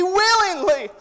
willingly